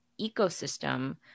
ecosystem